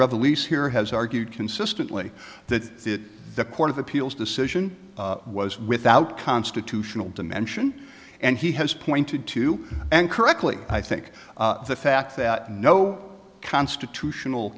revel east here has argued consistently that the court of appeals decision was without constitutional dimension and he has pointed to and correctly i think the fact that no constitutional